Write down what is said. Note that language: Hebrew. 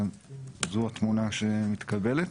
זו התמונה שמתקבלת.